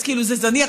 אז כאילו זה זניח.